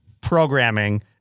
programming